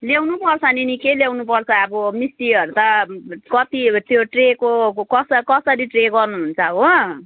ल्याउनु पर्छ नि निकै ल्याउनु पर्छ अब मिस्टीहरू त कति त्यो ट्रेको कस कसरी ट्रे गर्नुहुन्छ हो